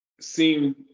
seem